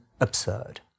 absurd